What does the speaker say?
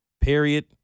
period